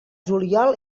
juliol